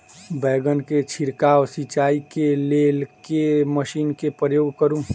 बैंगन केँ छिड़काव सिचाई केँ लेल केँ मशीन केँ प्रयोग करू?